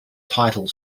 title